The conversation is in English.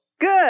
Good